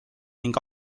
ning